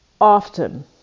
often